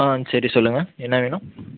ஆ சரி சொல்லுங்கள் என்ன வேணும்